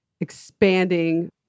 expanding